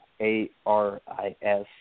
A-R-I-S